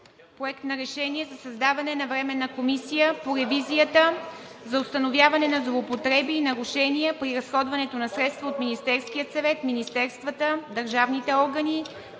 събрание РЕШИ: 1. Създава Временна комисия по ревизията за установяване на злоупотреби и нарушения при разходването на средства от Министерския съвет, министерствата, държавните органи,